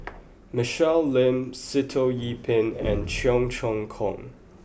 Michelle Lim Sitoh Yih Pin and Cheong Choong Kong